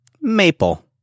Maple